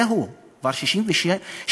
זהו, כבר 66 שנים,